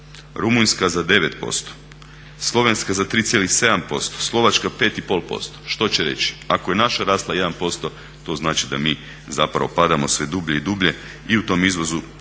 rumunjska za 9%, slovenska za 3,7%, slovačka 5,5% što će reći ako je naša rasla 1% to znači da mi zapravo padamo sve dublje i dublje i u tom izvozu